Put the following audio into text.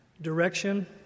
direction